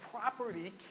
property